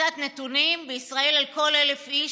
קצת נתונים: בישראל על כל 1,000 איש